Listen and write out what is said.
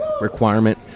requirement